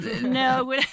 No